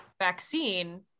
vaccine